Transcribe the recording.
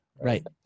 right